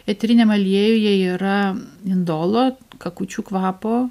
eteriniam aliejuje yra indolo kakučių kvapo